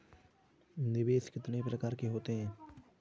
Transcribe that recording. निवेश कितने प्रकार के होते हैं?